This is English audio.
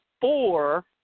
four